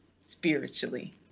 spiritually